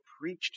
preached